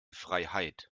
freiheit